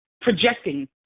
projecting